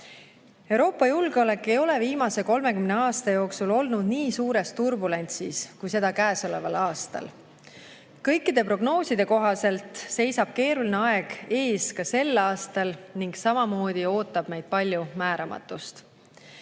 Euroopa julgeolek ei ole viimase 30 aasta jooksul olnud nii suures turbulentsis kui käesoleval aastal. Kõikide prognooside kohaselt seisab keeruline aeg ees ka sel aastal ning samamoodi ootab meid palju määramatust. Suurendamaks